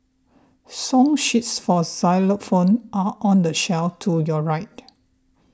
song sheets for xylophone are on the shelf to your right